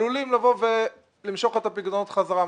עלולים למשוך את הפיקדונות חזרה,